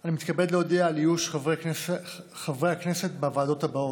אני מתכבד להודיע על איוש חברי הכנסת בוועדות הבאות: